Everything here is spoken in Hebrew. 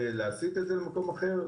ולהסיט את זה למקום אחר.